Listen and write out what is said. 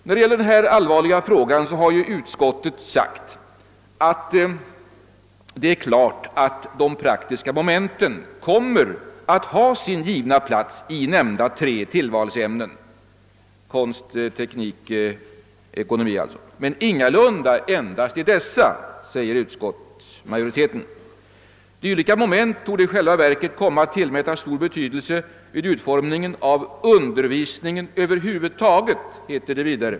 När det gäller denna allvarliga fråga har utskottet uttalat, att de praktiska momenten kommer att ha sin givna plats i ifrågavarande tre tillvalsämnen — konst, teknik och ekonomi — »men ingalunda endast i dessa». Det heter vidare i utskottsutlåtandet: »Dylika moment torde i själva verket komma att tillmätas stor betydelse vid utformningen av undervisningen över huvud taget.